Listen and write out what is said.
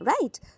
Right